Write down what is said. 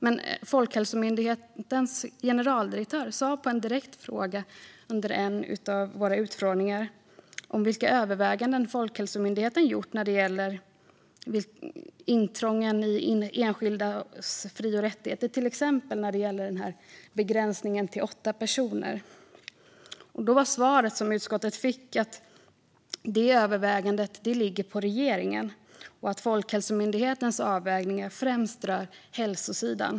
Men Folkhälsomyndighetens generaldirektör fick under en av våra utfrågningar en direkt fråga om vilka överväganden Folkhälsomyndigheten har gjort när det gäller intrången i enskildas fri och rättigheter, till exempel när det gäller begränsningen i fråga om åtta personer. Utskottet fick svaret att det övervägandet ligger på regeringen och att Folkhälsomyndighetens avvägningar främst rör hälsosidan.